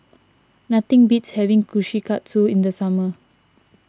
nothing beats having Kushikatsu in the summer